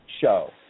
show